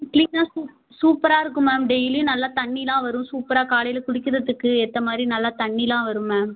க்ளீனாக சூப் சூப்பராக இருக்கும் மேம் டெய்லியும் நல்லா தண்ணீரெல்லாம் வரும் சூப்பராக காலையில் குளிக்கிறதுக்கு ஏற்ற மாதிரி நல்லா தண்ணீரெல்லாம் வரும் மேம்